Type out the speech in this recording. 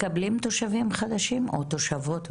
מקבלים תושבים חדשים או תושבות במיוחד?